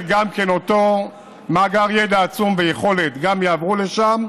וגם אותו מאגר ידע עצום, ויכולת, יעברו לשם.